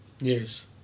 Yes